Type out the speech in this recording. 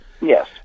Yes